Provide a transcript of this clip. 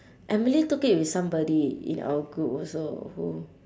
emily took it with somebody in our group also who